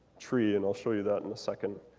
tree, and i'll show you that in a second,